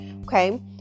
okay